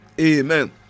Amen